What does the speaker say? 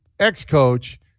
ex-coach